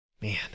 man